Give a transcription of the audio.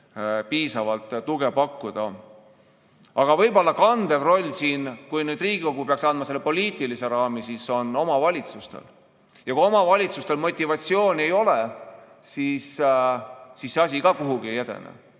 piisavalt tuge pakkuda. Aga võib-olla kandev roll, kui nüüd Riigikogu peaks andma selle poliitilise raami, on omavalitsustel ja kui omavalitsustel motivatsiooni ei ole, siis see asi kuhugi ei edene.